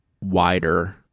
wider